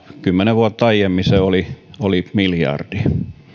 kymmenen vuotta aiemmin se oli oli miljardi